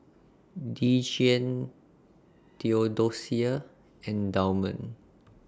Dejuan Theodosia and Damond